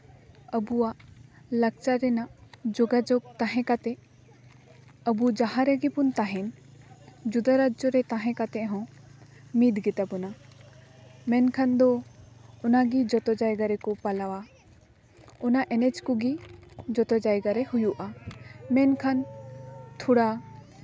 ᱟᱵᱚᱣᱟᱜ ᱞᱟᱠᱪᱟᱨ ᱨᱮᱱᱟᱜ ᱡᱳᱜᱟᱡᱳᱜᱽ ᱛᱟᱦᱮᱸ ᱠᱟᱛᱮᱫ ᱟᱵᱚ ᱡᱟᱦᱟᱸ ᱨᱮᱜᱮ ᱵᱚᱱ ᱛᱟᱦᱮᱱ ᱡᱩᱫᱟᱹ ᱨᱟᱡᱡᱚ ᱨᱮ ᱛᱟᱦᱮᱸ ᱠᱟᱛᱮᱫ ᱦᱚᱸ ᱢᱤᱫ ᱜᱮᱛᱟᱵᱚᱱᱟ ᱢᱮᱱᱠᱷᱟᱱ ᱫᱚ ᱚᱱᱟᱜᱮ ᱡᱚᱛᱚ ᱡᱟᱭᱜᱟ ᱨᱮᱠᱚ ᱯᱟᱞᱚᱣᱟ ᱚᱱᱟ ᱮᱱᱮᱡ ᱠᱚᱜᱮ ᱡᱚᱛᱚ ᱡᱟᱭᱜᱟ ᱨᱮ ᱦᱩᱭᱩᱜᱼᱟ ᱢᱮᱱᱠᱷᱟᱱ ᱛᱷᱚᱲᱟ